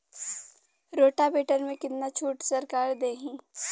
Rotavator में कितना छूट सरकार देही?